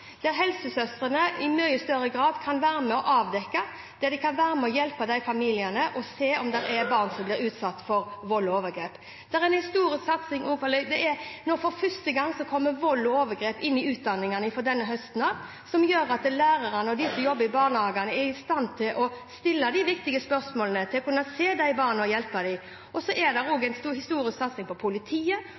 der helsesøstrene i mye større grad kan være med og avdekke og hjelpe disse familiene og se om det er barn som blir utsatt for vold og overgrep. For første gang kommer vold og overgrep inn i utdanningene fra denne høsten av. Det gjør at lærerne og de som jobber i barnehagene, er i stand til å stille de viktige spørsmålene, til å kunne se disse barna og hjelpe dem. Det er også en historisk satsing på politiet,